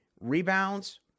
rebounds